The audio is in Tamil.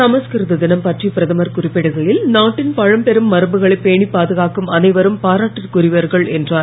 சமஸ்கிருத தினம் பற்றி பிரதமர் குறிப்பிடுகையில் நாட்டின் பழம்பெரும் மரபுகளை பேணி பாதுகாக்கும் அனைவரும் பாராட்டுக்குரியவர்கள் என்றார்